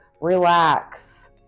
relax